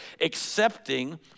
accepting